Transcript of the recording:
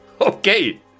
Okay